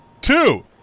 Two